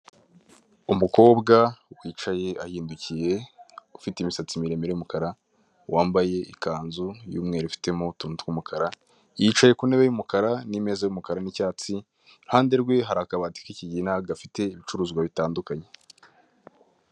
Umukobwa wicaye ahindukiye ufite imisatsi miremire y'umukara, wambaye ikanzu y'umweru ifitemo utuntu tw'umukara. Yicaye ku ntebe y'umukara n'imeza y'umukara n'icyatsi, iruhande rwe hari akabati k'ikigina gafite ibicuruzwa bitandukanye.